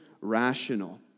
rational